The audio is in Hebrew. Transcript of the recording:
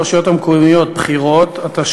הרשויות המקומיות (מימון בחירות) (תיקון מס'